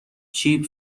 چیپ